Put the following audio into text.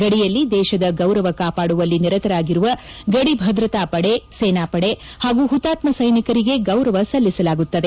ಗಡಿಯಲ್ಲಿ ದೇಶದ ಗೌರವ ಕಾಪಾಡುವಲ್ಲಿ ನಿರತರಾಗಿರುವ ಗಡಿಭದ್ರತಾಪಡೆ ಸೇನಾಪಡೆ ಹಾಗೂ ಹುತಾತ್ನ ಸ್ಸೆನಿಕರಿಗೆ ಗೌರವ ಸಲ್ಲಿಸಲಾಗುತ್ತದೆ